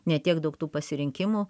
ne tiek daug tų pasirinkimų